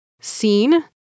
seen